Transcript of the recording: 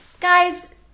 Guys